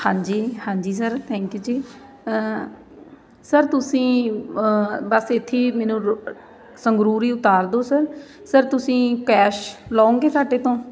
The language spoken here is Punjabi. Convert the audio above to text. ਹਾਂਜੀ ਹਾਂਜੀ ਸਰ ਥੈਂਕ ਯੂ ਜੀ ਸਰ ਤੁਸੀਂ ਬਸ ਇੱਥੇ ਮੈਨੂੰ ਰ ਸੰਗਰੂਰ ਹੀ ਉਤਾਰ ਦਿਉ ਸਰ ਸਰ ਤੁਸੀਂ ਕੈਸ਼ ਲਉਂਗੇ ਸਾਡੇ ਤੋਂ